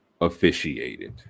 officiated